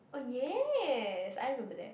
oh yes I remember that